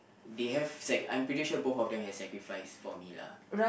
they have sac~ I'm pretty sure both of them have sacrificed for me lah